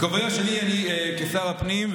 בכובעי השני אני שר הפנים,